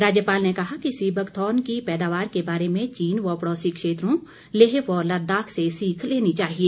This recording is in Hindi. राज्यपाल ने कहा कि सी बकथार्न की पैदावार के बारे में चीन व पड़ौसी क्षेत्रों लेह व लदाख से सीख लेनी चाहिए